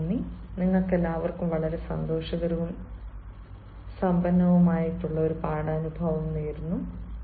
വളരെ നന്ദി നിങ്ങൾക്കെല്ലാവർക്കും വളരെ സന്തോഷകരവും സമ്പന്നവുമായ പഠനാനുഭവം നേരുന്നു